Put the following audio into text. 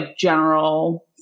general